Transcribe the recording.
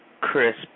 crisp